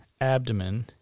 abdomen